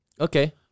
Okay